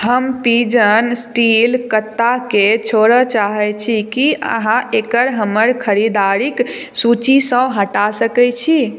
हम pigeon steel कत्ताकेँ छोड़य चाहै छी की अहाँ एकरा हमर खरीदारिक सूचीसँ हटा सकैत छी